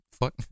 Fuck